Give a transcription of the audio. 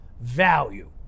Value